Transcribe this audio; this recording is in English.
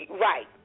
right